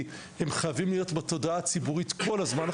כי הם חייבים להיות בתודעה הציבורית כל הזמן,